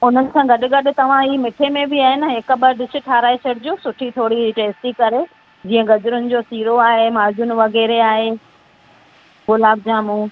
उन सां गॾु गॾु तव्हां ही मिठे में बि ए न हिक ॿ डिश ठहाराइ छॾिजो सुठी थोरी टेस्टी करे जीअं गजरुनि जो सीरो आहे माज़ून वगै़रह आहे गुलाब जामुन